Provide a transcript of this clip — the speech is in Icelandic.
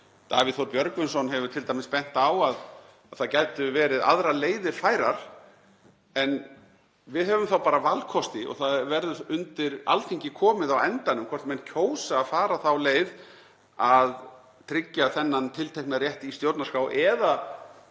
Davíð Þór Björgvinsson hefur t.d. bent á að það gætu verið aðrar leiðir færar en við höfum þá bara valkosti og það verður undir Alþingi komið á endanum hvort menn kjósa að fara þá leið að tryggja þennan tiltekna rétt í stjórnarskrá eða